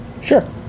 Sure